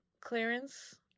clearance